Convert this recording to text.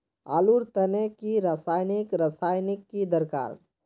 आलूर तने की रासायनिक रासायनिक की दरकार?